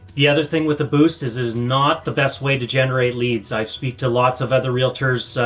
the other thing with the boost is, is not the best way to generate leads. i speak to lots of other realtors, ah,